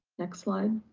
next slide.